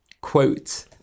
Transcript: quote